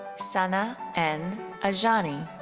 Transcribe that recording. sana ann ajany.